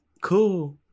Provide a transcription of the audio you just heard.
Cool